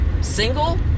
Single